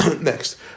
Next